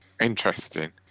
interesting